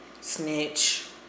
snitch